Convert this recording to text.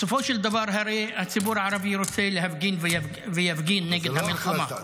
בסופו של דבר הרי הציבור הערבי רוצה להפגין ויפגין נגד המלחמה.